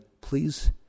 please